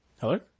Hello